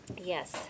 Yes